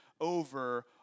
over